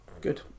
Good